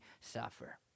suffer